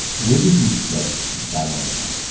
where did you get and that mindset?